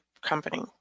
company